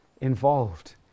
involved